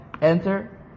enter